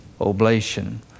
oblation